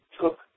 took